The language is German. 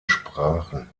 sprachen